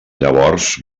llavors